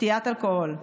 שתיית אלכוהול.